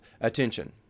attention